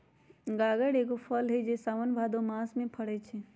गागर एगो फल हइ जे साओन भादो मास में फरै छै